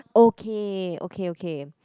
okay okay okay